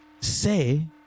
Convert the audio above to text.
say